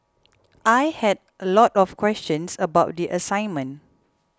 I had a lot of questions about the assignment